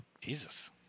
Jesus